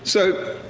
so,